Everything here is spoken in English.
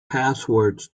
passwords